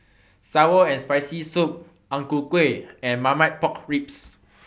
Sour and Spicy Soup Ang Ku Kueh and Marmite Pork Ribs